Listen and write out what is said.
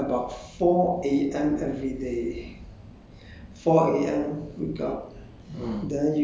人生就是这样 and then we we even we wake up at like about four A_M every day